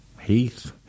Heath